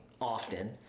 often